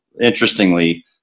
interestingly